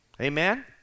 Amen